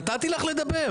נתתי לך לדבר.